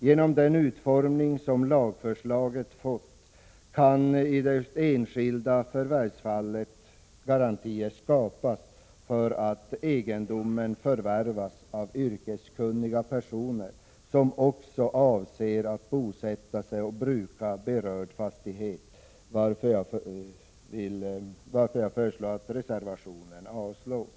Genom den utformning som lagförslaget har fått kan i det enskilda förvärvsfallet garantier skapas för att egendomen förvärvas av yrkeskunniga personer, som också avser att bosätta sig på och bruka berörd fastighet, varför jag föreslår att reservationen avslås.